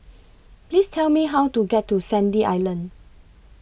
Please Tell Me How to get to Sandy Island